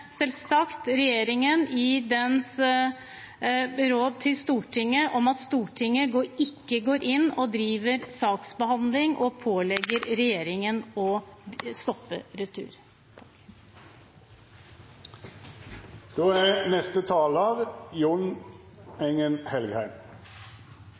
selvsagt regjeringen i dens råd til Stortinget om at Stortinget ikke går inn og driver saksbehandling og pålegger regjeringen å stoppe retur.